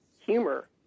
humor